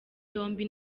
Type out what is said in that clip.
yombi